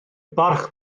barch